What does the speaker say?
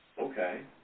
okay